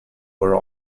were